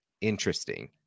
interesting